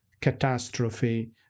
catastrophe